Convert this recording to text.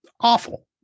awful